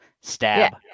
stab